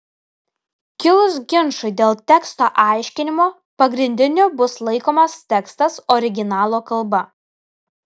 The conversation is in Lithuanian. kilus ginčui dėl teksto aiškinimo pagrindiniu bus laikomas tekstas originalo kalba